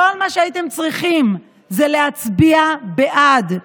כל מה שהייתם צריכים זה להצביע בעד.